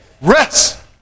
rest